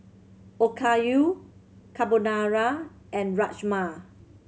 Okayu Carbonara and Rajma